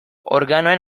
organoen